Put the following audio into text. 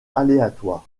aléatoire